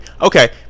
Okay